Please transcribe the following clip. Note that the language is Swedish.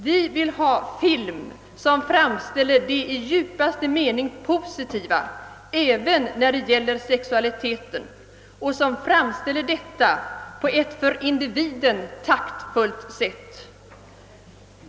Vi vill ha film, som framställer det i djupaste mening positiva även när det gäller sexualiteten och som framställer detta på ett för individen taktfullt sätt.